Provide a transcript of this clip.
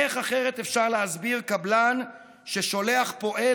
איך אחרת אפשר להסביר שקבלן שולח פועל